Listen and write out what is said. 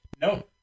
no